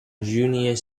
junior